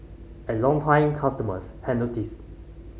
and longtime customers had noticed